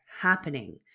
happening